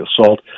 assault